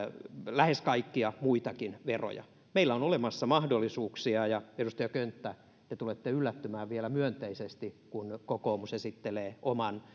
lähes kaikkia muitakin veroja meillä on olemassa mahdollisuuksia ja edustaja könttä te tulette yllättymään vielä myönteisesti kun kokoomus esittelee oman